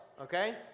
Okay